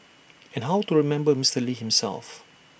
and how to remember Mister lee himself